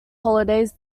holidays